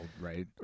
right